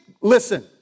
Listen